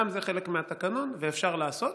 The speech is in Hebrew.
גם זה חלק מהתקנון, ואפשר לעשות.